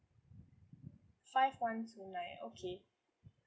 five one two nine okay